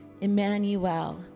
Emmanuel